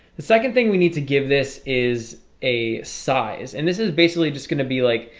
the second thing we need to give this is a size and this is basically just gonna be like